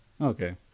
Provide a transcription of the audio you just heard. okay